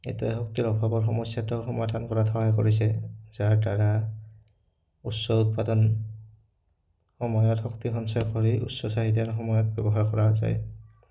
এইটোৱে শক্তিৰ অভাৱৰ সমস্যাটো সমাধান কৰাত সহায় কৰিছে যাৰদ্বাৰা উচ্চ উৎপাদন সময়ত শক্তি সঞ্চয় কৰি উচ্চ চাহিদাৰ সময়ত ব্যৱহাৰ কৰা যায়